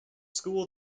school